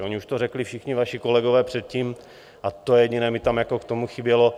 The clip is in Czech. Oni už to řekli všichni vaši kolegové předtím a to jediné mi tam k tomu chybělo.